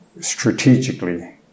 strategically